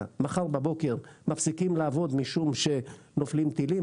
מחר בבוקר מפסיקים לעבוד משום שנופלים טילים,